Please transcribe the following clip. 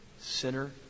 sinner